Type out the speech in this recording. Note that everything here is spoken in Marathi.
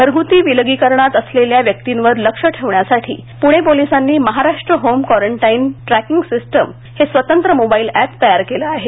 घरगुती विलगीकरणात असलेल्या व्यक्तिंवर लक्ष ठेवण्यासाठी पुणे पोलिसांनी Maharashtra home quarantine tracking system Maha HQTS हे स्वतंत्र मोबा क्वे ऍप तयार केले आहे